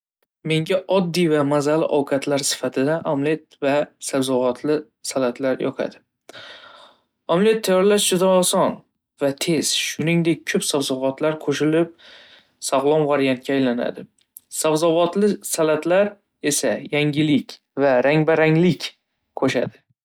Menga oddiy va mazali ovqatlar sifatida omlet va sabzavotli salatlar yoqadi. Omlet tayyorlash juda oson va tez, shuningdek, ko'p sabzavotlar qo'shilib, sog'lom variantga aylanadi. Sabzavotli salatlar esa yangilik va rang-baranglik qo'shadi.